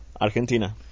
argentina